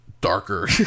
darker